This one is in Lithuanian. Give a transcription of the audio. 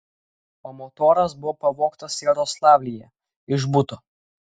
o motoras buvo pavogtas jaroslavlyje iš buto